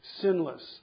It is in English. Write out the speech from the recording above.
sinless